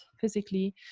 physically